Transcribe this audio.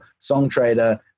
SongTrader